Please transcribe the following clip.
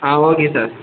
ah okay sir